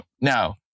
Now